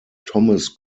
thomas